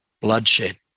bloodshed